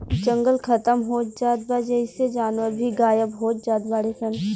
जंगल खतम होत जात बा जेइसे जानवर भी गायब होत जात बाडे सन